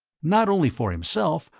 not only for himself,